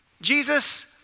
Jesus